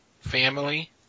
family